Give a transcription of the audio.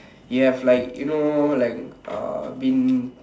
you have like you know like uh been